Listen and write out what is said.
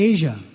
Asia